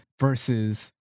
versus